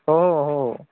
ओ ओहो